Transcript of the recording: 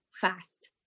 fast